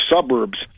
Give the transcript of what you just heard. suburbs